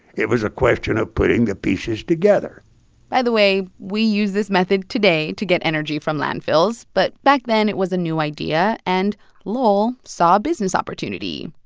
it was a question of putting the pieces together by the way, we use this method today to get energy from landfills. but back then, it was a new idea, and lowell saw a business opportunity.